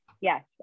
Yes